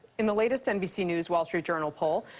in the latest nbc news wall street journal poll,